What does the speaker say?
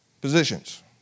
positions